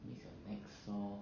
it makes your neck sore